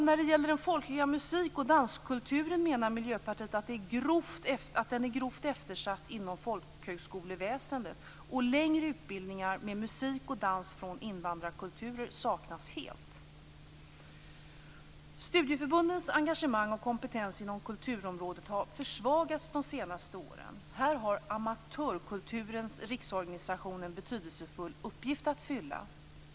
När det gäller den folkliga musik och danskulturen menar Miljöpartiet att den är grovt eftersatt inom folkhögskoleväsendet. Längre utbildningar med musik och dans från invandrarkulturer saknas helt. Studieförbundens engagemang och kompetens inom kulturområdet har försvagats de senaste åren. Här har Amatörkulturens riksorganisation en betydelsefull uppgift att fylla.